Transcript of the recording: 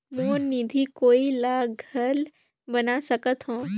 मोर निधि कोई ला घल बना सकत हो?